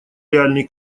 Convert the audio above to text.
реальный